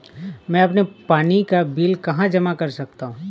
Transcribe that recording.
मैं अपने पानी का बिल कहाँ जमा कर सकता हूँ?